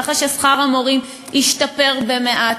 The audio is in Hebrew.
ואחרי ששכר המורים השתפר מעט,